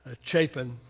Chapin